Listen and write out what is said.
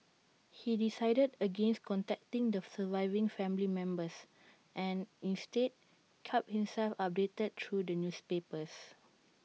he decided against contacting the surviving family members and instead kept himself updated through the newspapers